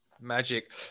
magic